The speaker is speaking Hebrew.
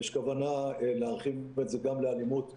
יש כוונה להרחיב את זה גם לאלימות הפיזית.